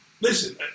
Listen